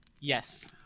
Yes